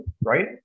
right